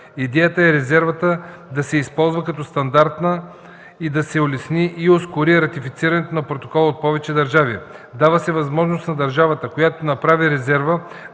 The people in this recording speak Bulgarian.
Идеята е резервата да се използва като стандартна и да улесни и ускори ратификацията на протокола от повече държави. Дава се възможност на държавата, която направи резерва,